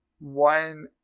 One